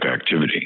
activity